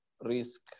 risk